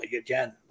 again